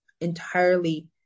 entirely